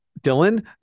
Dylan